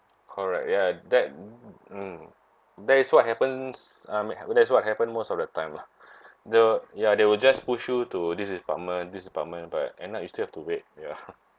correct ya that mm that is what happens um that's what happens most of the time lah the ya they will just push you to this department this department but end up you still have to wait ya